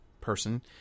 person